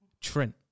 Trent